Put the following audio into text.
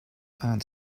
aunt